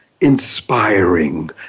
inspiring